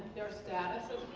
their status as